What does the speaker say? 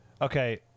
okay